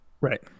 Right